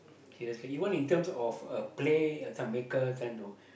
okay let's say you want in terms of uh play ya some maker tend to